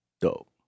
Dope